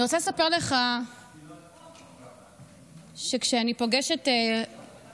אני רוצה לספר לך שכשאני פוגשת אזרחים,